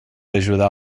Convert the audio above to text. ajudar